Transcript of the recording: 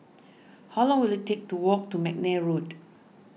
how long will it take to walk to McNair Road